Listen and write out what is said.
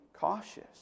cautious